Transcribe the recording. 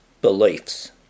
beliefs